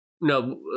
no